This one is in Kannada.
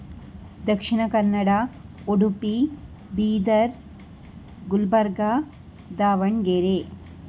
ದಕ್ಷಿಣ ಕನ್ನಡ ಉಡುಪಿ ಬೀದರ್ ಗುಲ್ಬರ್ಗ ದಾವಣಗೆರೆ